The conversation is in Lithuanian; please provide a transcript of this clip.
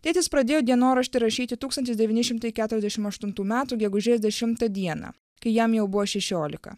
tėtis pradėjo dienoraštį rašyti tūkstantis devyni šimtai keturiasdešim aštuntų metų gegužės dešimtą dieną kai jam jau buvo šešiolika